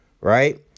Right